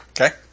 Okay